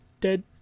Dead